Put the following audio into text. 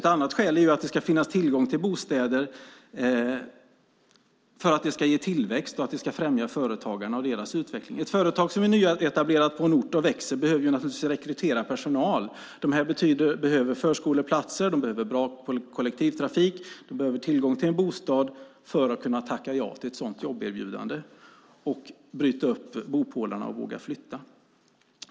Ett ytterligare skäl till att det ska finnas tillgång till bostäder är att det ger tillväxt och främjar företagarna och deras utveckling. Ett företag som är nyetablerat på en ort och växer behöver naturligtvis rekrytera personal. De behöver i sin tur förskoleplatser, bra kollektivtrafik och tillgång till en bostad för att kunna tacka ja till ett sådant jobberbjudande, bryta upp bopålarna och våga flytta.